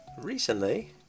Recently